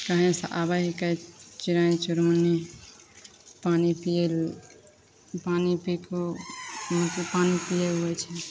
कही से आबै हीकै चिड़ै चुनमुनी पानि पिए लऽ पानि पीके पानि पीए अबैत छै